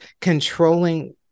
controlling